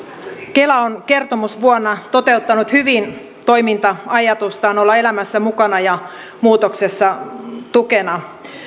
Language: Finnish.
kela on kertomusvuonna toteuttanut hyvin toiminta ajatustaan olla elämässä mukana ja muutoksessa tukena